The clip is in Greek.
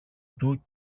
του